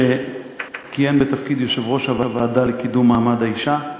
שכיהן בתפקיד יושב-ראש הוועדה לקידום מעמד האישה.